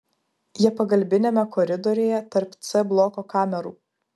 jie pagalbiniame koridoriuje tarp c bloko kamerų